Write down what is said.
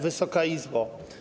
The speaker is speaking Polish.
Wysoka Izbo!